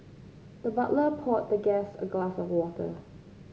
the butler poured the guest a glass of water